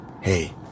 hey